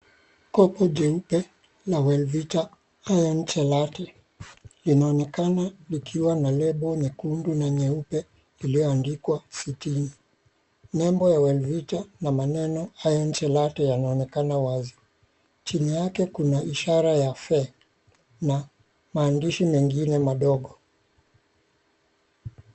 Kopu jeupe la Wellvita IRON CHELATE linaonekana likiwa na label nyekundu na nyeupe ilioandikwa sitini. Nembo ya Wellvita na maneno IRON CHELATE yanaonekana wazi. Chini yake kuna ishara ya Fe na maandishi mengine madogo.